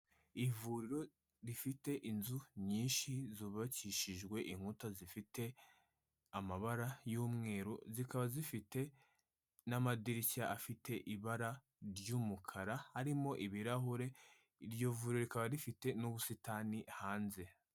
Ivuriro rifite inzu nyinshi zubakishijwe inkuta zifite amabara y'umweru, zikaba zifite n'amadirishya afite ibara ry'umukara, harimo ibirahure. Iryo vuriro rikaba rifite n'ubusitani hanze.